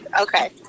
Okay